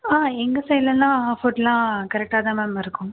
ஆ எங்கள் சைடுலெலாம் ஃபுட்டெலாம் கரெக்ட்டாக தான் மேம் இருக்கும்